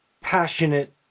passionate